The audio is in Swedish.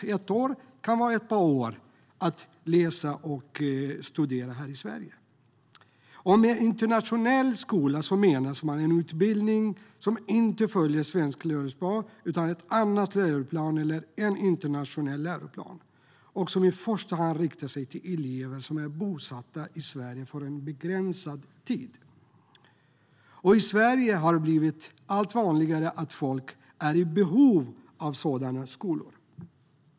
Det kan vara ett år; det kan vara ett par år. Med en internationell skola menas en utbildning som inte följer svensk läroplan utan en annan läroplan eller en internationell läroplan och som i första hand riktar sig till elever som är bosatta i Sverige under en begränsad tid. I Sverige har det blivit allt vanligare att människor är i behov av sådana skolor.